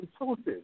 resources